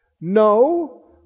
No